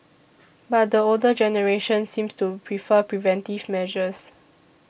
but the older generation seems to prefer preventive measures